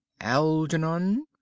Algernon